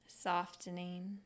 softening